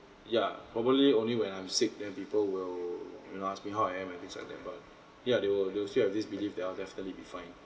yeah probably only when I'm sick then people will you know ask me how am I and things like that but yeah they will they will still have this belief that I'll definitely be fine